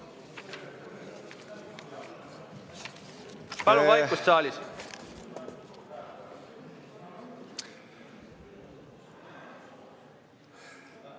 Palun vaikust saalis!